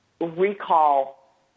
recall